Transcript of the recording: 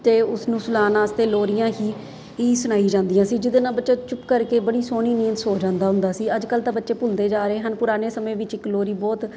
ਅਤੇ ਉਸਨੂੰ ਸੁਲਾਉਣ ਵਾਸਤੇ ਲੋਰੀਆਂ ਹੀ ਹੀ ਸੁਣਾਈਆਂ ਜਾਂਦੀਆਂ ਸੀ ਜਿਹਦੇ ਨਾਲ ਬੱਚਾ ਚੁੱਪ ਕਰਕੇ ਬੜੀ ਸੋਹਣੀ ਨੀਂਦ ਸੌਂ ਜਾਂਦਾ ਹੁੰਦਾ ਸੀ ਅੱਜ ਕੱਲ੍ਹ ਤਾਂ ਬੱਚੇ ਭੁੱਲਦੇ ਜਾ ਰਹੇ ਹਨ ਪੁਰਾਣੇ ਸਮੇਂ ਵਿੱਚ ਇੱਕ ਲੋਰੀ ਬਹੁਤ